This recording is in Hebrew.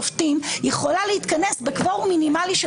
-- שום הגנה לא תהיה לנו מטריבונלים בינלאומיים,